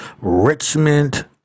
richmond